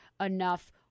enough